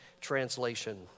translation